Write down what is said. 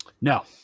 No